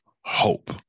hope